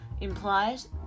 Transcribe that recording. implies